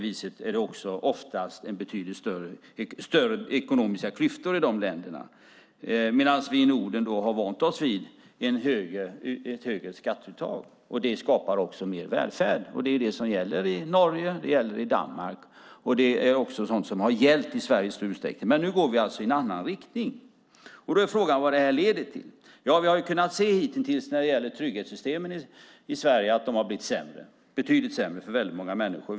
Därför är det oftast betydligt större ekonomiska klyftor i de länderna. I Norden har vi vant oss vid ett högre skattetak. Det skapar mer välfärd. Det är det som gäller i Norge och Danmark. Det har också i stor utsträckning gällt i Sverige, men nu går vi i en annan riktning. Frågan är vad det leder till. Vi kan se att trygghetssystemen i Sverige har blivit betydligt sämre för många människor.